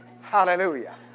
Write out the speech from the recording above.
Hallelujah